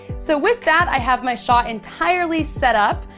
so with that i have my shot entirely set up,